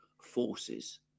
forces